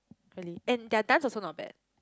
early and their dance also not bad